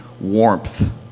Warmth